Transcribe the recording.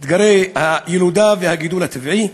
אתגרי הילודה והגידול הטבעי,